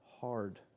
hard